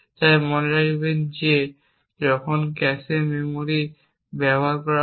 তাই মনে রাখবেন যে যখন ক্যাশে মেমরি ব্যবহার করা হয়